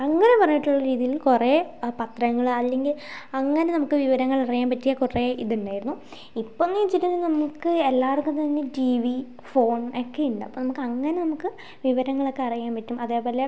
അങ്ങനെ പറഞ്ഞിട്ടുള്ള രീതിയിൽ കുറേ പത്രങ്ങൾ അല്ലെങ്കിൽ അങ്ങനെ നമുക്ക് വിവരങ്ങൾ അറിയാൻ പറ്റിയ കുറേ ഇതുണ്ടായിരുന്നു ഇപ്പോഴെന്ന് വച്ചിട്ടുണ്ടെങ്കിൽ നമുക്ക് എല്ലാവർക്കും തന്നെ ടി വി ഫോൺ ഒക്കെയുണ്ട് അപ്പോൾ നമുക്ക് അങ്ങനെ നമുക്ക് വിവരങ്ങളൊക്കെ അറിയാൻ പറ്റും അതേപോല